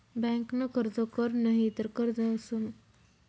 बँकन कर्ज कर नही तर संपत्ती जप्त करी लेतस